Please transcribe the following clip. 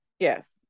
Yes